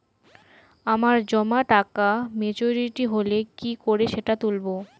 আমার জমা টাকা মেচুউরিটি হলে কি করে সেটা তুলব?